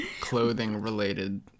clothing-related